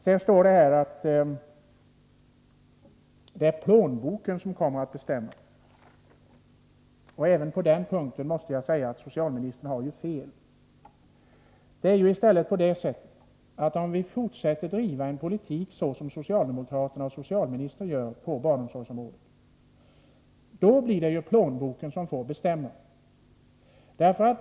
Vidare står det i svaret att det är plånboken som kommer att bestämma. Även på den punkten måste jag säga att socialministern har fel. Det förhåller sig i stället på det sättet, att om vi fortsätter att driva en sådan politik på barnomsorgsområdet som socialdemokraterna och socialministern gör, då blir det plånboken som får bestämma.